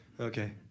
Okay